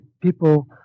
people